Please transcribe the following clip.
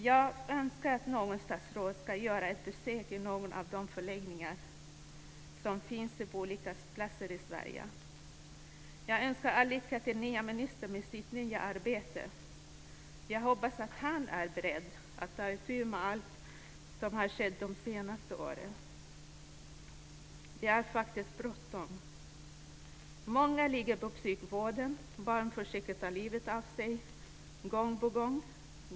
Jag önskar att något statsråd skulle göra ett besök i någon av de förläggningar som finns på olika platser i Sverige. Jag önskar all lycka till den nye ministern i hans nya arbete. Jag hoppas att han är beredd att ta itu med allt som har skett de senaste åren. Det är faktiskt bråttom. Många ligger på psykvården. Barn försöker ta livet av sig - gång på gång.